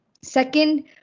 Second